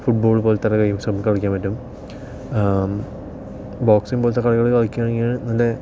ഫുട് ball പോലത്തൊരു games നമുക്ക് കളിയ്ക്കാൻ പറ്റും ബോക്സിങ്ങ് പോലത്തെ കളികൾ കളിക്കുകയാണെങ്കിൽ നല്ല